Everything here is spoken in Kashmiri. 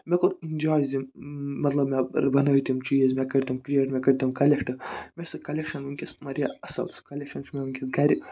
مےٚ کوٚر اٮ۪نجاے زِ مطلب مےٚ بَنٲو تِم چیٖز مےٚ کٔرۍ تِم کریٹ مےٚ کٔرۍ تِم کَلٮ۪کٹ مےٚ چھِ سۄ کَلٮ۪کشن واریاہ اَصٕل سۄ کَلٮ۪کشَن چھِ مےٚ گرِ